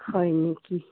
হয় নেকি